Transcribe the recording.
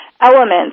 elements